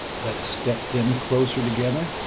let's step them closer together,